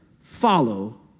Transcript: Follow